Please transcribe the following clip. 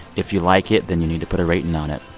if you like it, then you need to put a rating on it.